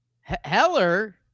Heller